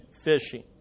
fishing